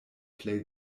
plej